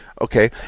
okay